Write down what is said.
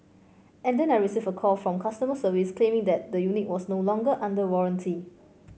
and then I received a call from customer service claiming that the unit was no longer under warranty